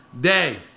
day